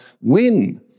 win